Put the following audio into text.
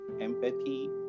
empathy